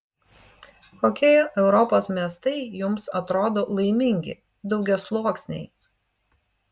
kokie europos miestai jums atrodo laimingi daugiasluoksniai